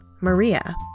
Maria